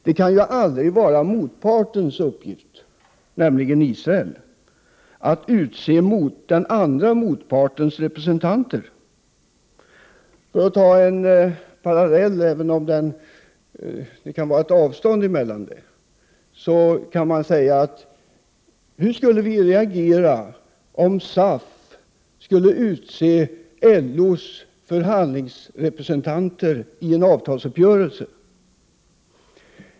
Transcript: Det kan aldrig vara den ena partens, Israels, uppgift att utse motpartens representanter. Man kan dra en parallell, även om det är ett avstånd mellan de båda företeelser som det gäller. Hur skulle vi reagera om SAF skulle utse LO:s förhandlingsrepresentanter i en avtalsuppgörelse?